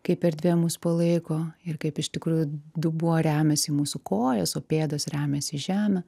kaip erdvė mus palaiko ir kaip iš tikrųjų dubuo remiasi į mūsų kojas o pėdos remiasi į žemę